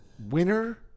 Winner